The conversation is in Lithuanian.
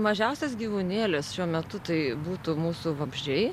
mažiausias gyvūnėlis šiuo metu tai būtų mūsų vabzdžiai